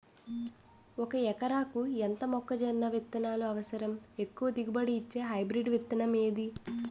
ఒక ఎకరాలకు ఎంత మొక్కజొన్న విత్తనాలు అవసరం? ఎక్కువ దిగుబడి ఇచ్చే హైబ్రిడ్ విత్తనం ఏది?